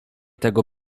tego